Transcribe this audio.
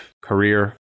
career